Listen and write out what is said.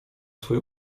swój